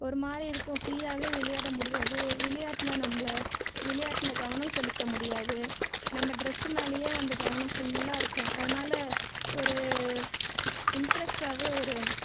ஒரு மாதிரி இருக்கும் ஃப்ரீயாகவே விளையாட முடியாது விளையாட்டில் நம்மள விளையாட்டில் கவனம் செலுத்த முடியாது நம்ம டிரஸ் மேலேயே வந்து கவனம் ஃபுல்லாக இருக்கும் அதனால் ஒரு இன்ட்ரஸ்டாகவே ஒரு